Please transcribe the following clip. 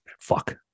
fuck